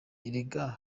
erega